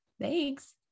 Thanks